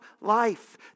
life